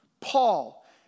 Paul